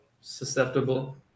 susceptible